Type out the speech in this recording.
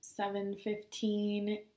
7.15